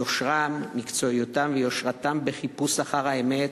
יושרם, מקצועיותם ויושרתם בחיפוש אחר האמת,